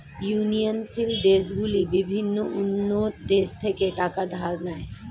উন্নয়নশীল দেশগুলি বিভিন্ন উন্নত দেশ থেকে টাকা ধার নেয়